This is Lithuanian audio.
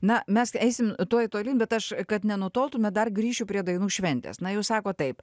na mes eisim tuoj tolyn bet aš kad nenutoltume dar grįšiu prie dainų šventės na jūs sakot taip